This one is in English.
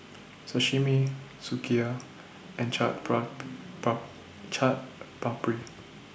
Sashimi Sukiya and Chaat Papri